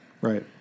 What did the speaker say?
Right